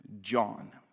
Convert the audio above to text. John